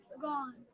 Gone